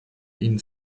ihn